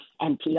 NPR